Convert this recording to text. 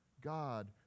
God